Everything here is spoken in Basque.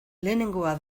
lehenengoa